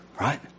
right